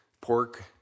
pork